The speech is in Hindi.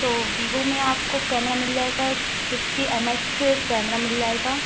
तो बिबो में आपको कैमरा मिल जाएगा फिफ्टी एम एच कैमरा मिल जाएगा